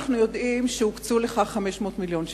אנחנו יודעים שהוקצו לכך 500 מיליון שקל.